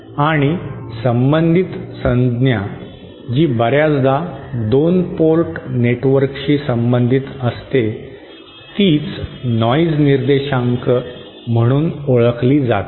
आणि संबंधित संज्ञा जी बर्याचदा 2 पोर्ट नेटवर्कशी संबंधित असते तीच नॉइज निर्देशांक म्हणून ओळखली जाते